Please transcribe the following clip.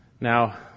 Now